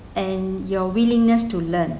and your willingness to learn